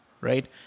right